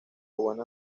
buena